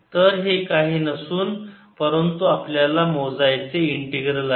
तर हे काही नसून परंतु आपल्याला मोजायचे इंटीग्रल आहे